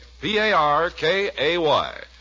P-A-R-K-A-Y